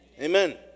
Amen